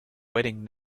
wedding